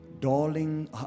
darling